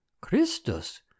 Christus